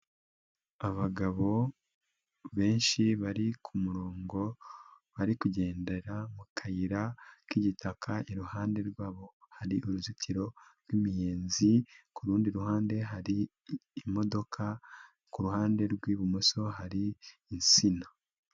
Abagabo benshi bari ku kumurongo bari kugendera mu kayira k'igitaka, iruhande rwabo hari uruzitiro rw'imiyenzi, ku rundi ruhande hari imodoka, ku ruhande rw'ibumoso hari insina.